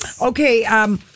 okay